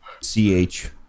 C-H